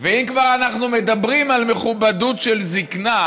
ואם כבר אנחנו מדברים על מכובדות של זקנה,